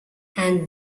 and